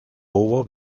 hubo